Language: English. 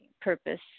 purpose